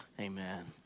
Amen